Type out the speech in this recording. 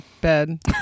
bed